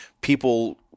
people